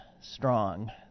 strong